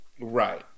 Right